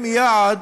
לקדם יעד